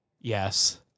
yes